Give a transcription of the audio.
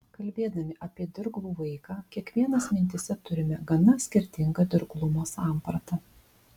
kalbėdami apie dirglų vaiką kiekvienas mintyse turime gana skirtingą dirglumo sampratą